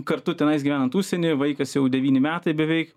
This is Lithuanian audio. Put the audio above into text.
kartu tenais gyvenant užsieny vaikas jau devyni metai beveik